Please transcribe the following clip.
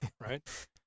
right